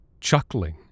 chuckling